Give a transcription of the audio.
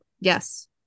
Yes